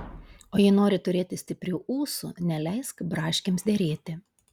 o jei nori turėti stiprių ūsų neleisk braškėms derėti